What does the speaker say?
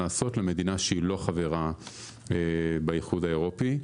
לעשות למדינה שהיא לא חברה באיחוד האירופי.